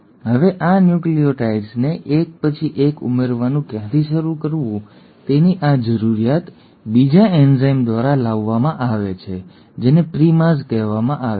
હવે આ ન્યુક્લિઓટાઇડ્સને એક પછી એક ઉમેરવાનું ક્યાંથી શરૂ કરવું તેની આ જરૂરિયાત બીજા એન્ઝાઇમ દ્વારા લાવવામાં આવે છે જેને પ્રિમાઝ કહેવામાં આવે છે